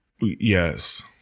Yes